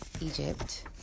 Egypt